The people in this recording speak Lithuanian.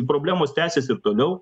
problemos tęsis ir toliau